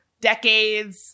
decades